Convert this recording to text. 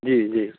जी जी